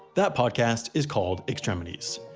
that podcast is called extremities.